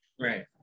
Right